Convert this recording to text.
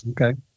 Okay